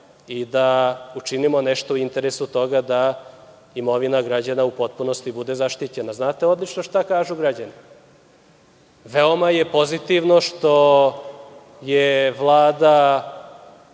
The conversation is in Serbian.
i da učinimo nešto u interesu toga da imovina građana u potpunosti bude zaštićena. Znate odlično šta kažu građani. Veoma je pozitivno što je Vlada